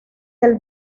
del